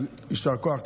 אז יישר כוח.